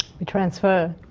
you transfer.